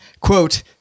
quote